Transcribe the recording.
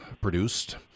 produced